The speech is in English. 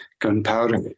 gunpowder